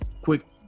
quick